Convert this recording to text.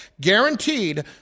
guaranteed